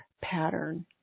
pattern